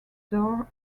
door